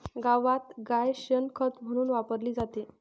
गावात गाय शेण खत म्हणून वापरली जाते